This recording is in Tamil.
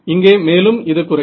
இங்கே மேலும் இது குறையும்